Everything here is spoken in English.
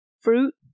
fruit